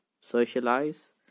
socialize